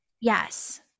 Yes